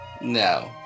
No